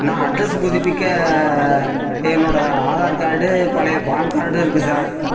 நான் அட்ரெஸ் புதுப்பிக்க என்னோட ஆதார் கார்டு பழைய பான் கார்டும் இருக்கு சார்